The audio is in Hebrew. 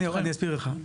עודד, אני אסביר לך.